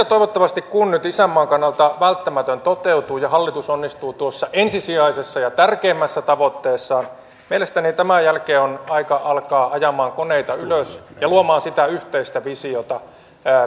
toivottavasti kun nyt isänmaan kannalta välttämätön toteutuu ja hallitus onnistuu tuossa ensisijaisessa ja tärkeimmässä tavoitteessaan mielestäni tämän jälkeen on aika alkaa ajamaan koneita ylös ja luomaan sitä yhteistä visiota